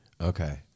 Okay